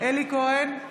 אלי כהן,